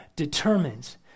Determines